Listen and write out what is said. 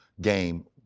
game